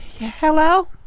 Hello